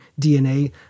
DNA